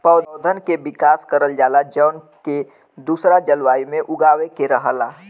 पौधन के विकास करल जाला जौन के दूसरा जलवायु में उगावे के रहला